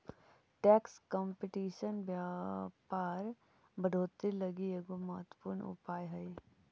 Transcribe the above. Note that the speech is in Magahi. टैक्स कंपटीशन व्यापार बढ़ोतरी लगी एगो महत्वपूर्ण उपाय हई